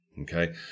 okay